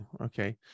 okay